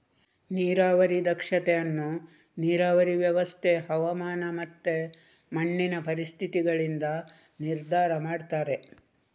ನೀರಾವರಿ ದಕ್ಷತೆ ಅನ್ನು ನೀರಾವರಿ ವ್ಯವಸ್ಥೆ, ಹವಾಮಾನ ಮತ್ತೆ ಮಣ್ಣಿನ ಪರಿಸ್ಥಿತಿಗಳಿಂದ ನಿರ್ಧಾರ ಮಾಡ್ತಾರೆ